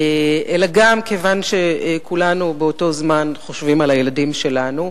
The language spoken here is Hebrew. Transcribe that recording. אלא גם כיוון שכולנו חושבים בו בזמן על הילדים שלנו,